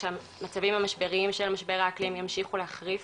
כשהמצבים המשבריים של משבר האקלים ימשיכו להחריף.